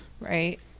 right